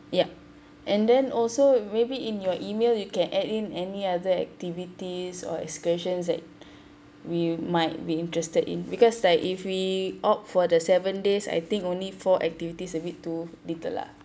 yup and then also maybe in your email you can add in any other activities or excursions that we might be interested in because like if we opt for the seven days I think only four activities a bit too little lah